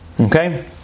Okay